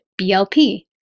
BLP